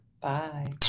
Bye